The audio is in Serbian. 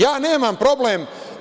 Ja nemam problem.